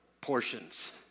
portions